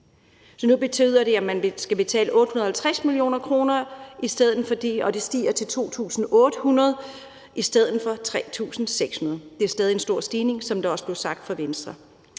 Så nu betyder det, at man skal betale 850 mio. kr. i stedet for, og det stiger fra 2.800 kr. til 3.600 kr., og det er stadig en stor stigning, som det også blev sagt fra Venstres